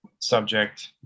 subject